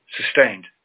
sustained